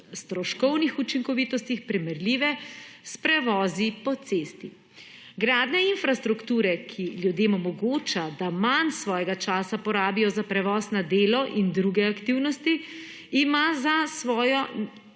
stroškovnih učinkovitostih primerljive s prevozi po cesti. Gradnja infrastrukture, ki ljudem omogoča, da manj svojega časa porabijo za prevoz na delo in druge aktivnosti ima za svojo